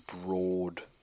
broad